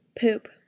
poop